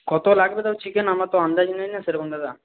কত লাগবে তাও চিকেন আমার তো আন্দাজ নেই না সেরকম দাদা